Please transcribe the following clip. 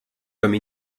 comme